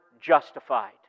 justified